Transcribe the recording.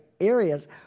areas